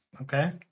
Okay